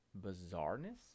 bizarreness